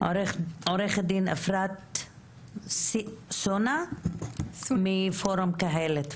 לעו"ד אפרת סונא מפורום קהלת.